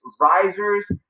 risers